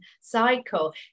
cycle